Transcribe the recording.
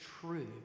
true